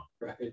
right